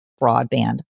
broadband